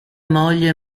moglie